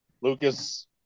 Lucas